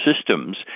systems